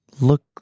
look